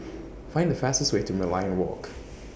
Find The fastest Way to Merlion Walk